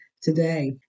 today